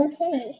Okay